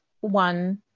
one